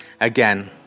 again